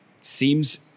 seems